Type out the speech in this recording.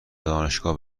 دانشگاه